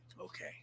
Okay